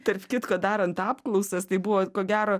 tarp kitko daran apklausas tai buvo ko gero